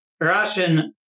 russian